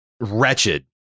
wretched